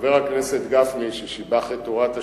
חבר הכנסת גפני, ששיבח את תורת השלבים,